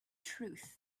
truth